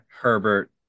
Herbert